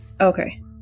Okay